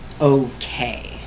okay